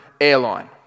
airline